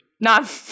Not-